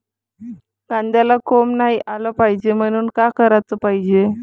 कांद्याला कोंब नाई आलं पायजे म्हनून का कराच पायजे?